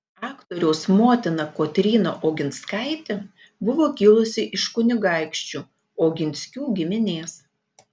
aktoriaus motina kotryna oginskaitė buvo kilusi iš kunigaikščių oginskių giminės